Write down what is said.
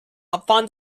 upon